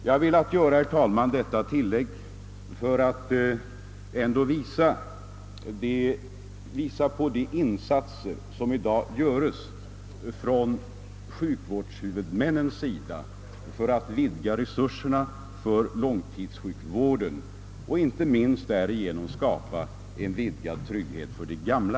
Jag har, herr talman, velat göra detta tillägg för att visa på de insatser som i dag göres från sjukvårdshuvudmännens sida för att vidga resurserna för långtidssjukvården och inte minst därigenom skapa en ökad trygghet för de gamla.